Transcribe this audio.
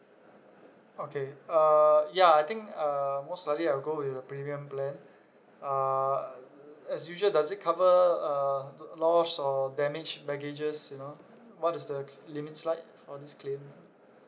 okay uh ya I think uh most likely I'll go with the premium plan uh as usual does it cover uh lost or damaged baggages you know what is the limit like for this claim